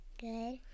Good